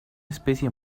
especie